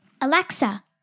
Alexa